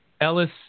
Ellis